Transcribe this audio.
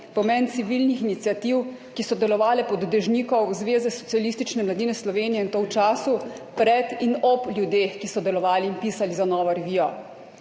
pomen civilnih iniciativ, ki so delovale pod dežnikom Zveze socialistične mladine Slovenije, in to v času pred in ob ljudeh, ki so delovali in pisali za Novo revijo.